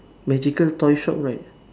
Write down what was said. magical toy shop right